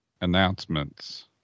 Announcements